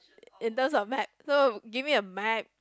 in terms of map so give me a map